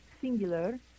singular